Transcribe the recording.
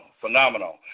Phenomenal